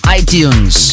iTunes